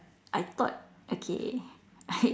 I thought okay I